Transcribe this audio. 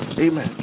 Amen